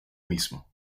mismo